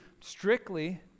strictly